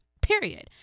period